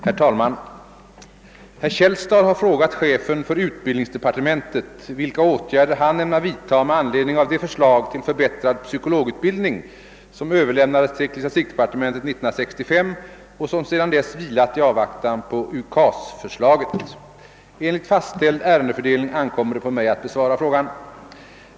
Herr talman! Herr Källstad har frågat chefen ' för utbildningsdepartementet vilka åtgärder han ämnar vidta med an ledning av det förslag till förbättrad psykologutbildning som överlämnades till ecklesiastikdepartementet 1965 och som sedan dess vilat i avvaktan på UKAS-förslaget. Enligt fastställd ärendefördelning ankommer det på mig att besvara frågan.